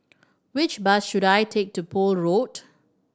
which bus should I take to Poole Road